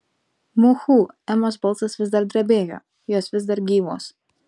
muhu emos balsas vis dar drebėjo jos vis dar gyvos